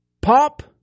Pop